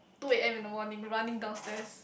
two A_M in the morning running downstairs